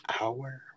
hour